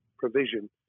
provision